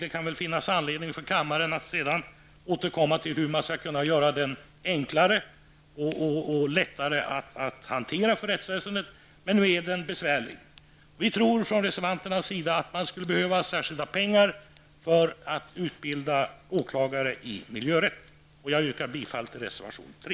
Det kan finnas anledning för kammaren att återkomma till hur man skall kunna göra den enklare och lättare för rättsväsendet att hantera. Men nu är den besvärlig. Vi reservanter tror att man skulle behöva särskilda pengar för att utbilda åklagare i miljörätt. Jag yrkar bifall till reservation 3.